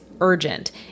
urgent